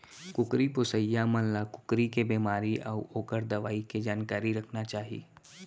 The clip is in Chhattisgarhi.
कुकरी पोसइया मन ल कुकरी के बेमारी अउ ओकर दवई के जानकारी रखना चाही